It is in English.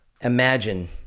imagine